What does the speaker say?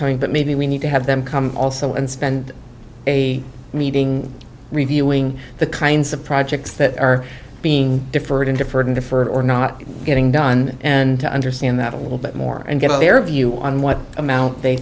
coming but maybe we need to have them come also and spend a meeting reviewing the kinds of projects that are being deferred in different deferred or not getting done and to understand that a little bit more and get their view on what amount they